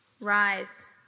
Rise